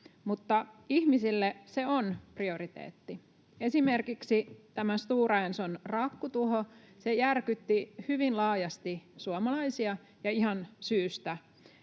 Mutta ihmisille se on prioriteetti. Esimerkiksi tämä Stora Enson raakkutuho järkytti hyvin laajasti suomalaisia, ja ihan syystä.